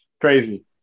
Crazy